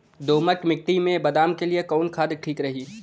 दोमट मिट्टी मे बादाम के लिए कवन खाद ठीक रही?